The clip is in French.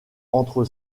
entre